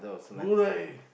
good right